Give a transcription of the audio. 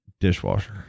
dishwasher